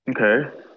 okay